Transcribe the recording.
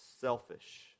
selfish